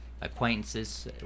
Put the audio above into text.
acquaintances